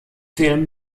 fehlen